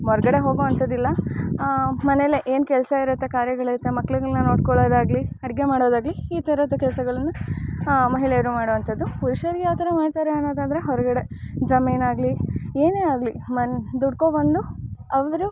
ಹೊರ್ಗಡೆ ಹೋಗೊ ಅಂಥದ್ದು ಇಲ್ಲ ಮನೇಲೇ ಏನು ಕೆಲಸ ಇರುತ್ತೆ ಕಾರ್ಯಗಳಿರುತ್ತೆ ಮಕ್ಳುಗಳ್ನ ನೋಡ್ಕೊಳ್ಳೋದಾಗ್ಲಿ ಅಡುಗೆ ಮಾಡೋದಾಗಲಿ ಈ ಥರದ್ದು ಕೆಲಸಗಳನ್ನ ಮಹಿಳೆಯರು ಮಾಡುವಂಥದ್ದು ಪುರುಷರು ಯಾವ ಥರ ಮಾಡ್ತಾರೆ ಅನ್ನೋದಾದರೆ ಹೊರಗಡೆ ಜಮೀನು ಆಗಲಿ ಏನೇ ಆಗಲಿ ಮನ ದುಡ್ಕೋಬಂದು ಅವರು